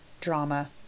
drama